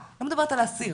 אני לא מדברת על האסיר,